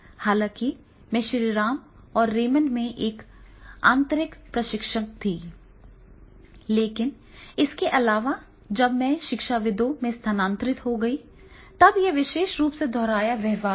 हालाँकि मैं श्रीराम और रेमंड में एक आंतरिक प्रशिक्षक था लेकिन इसके अलावा जब मैं शिक्षाविदों में स्थानांतरित हो गया तब ये विशेष रूप से दोहराया व्यवहार था